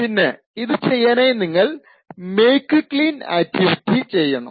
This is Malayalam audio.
പിന്നെ ഇത് ചെയ്യാനായി നിങ്ങൾ മെയ്ക് ക്ലീൻ ആക്ടിവിറ്റി ചെയ്യണം